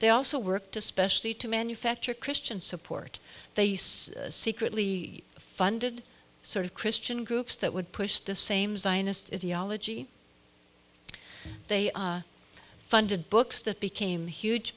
they also worked especially to manufacture christian support they say secretly funded sort of christian groups that would push the same zionist ideology they are funded books that became huge